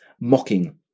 mocking